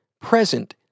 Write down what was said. present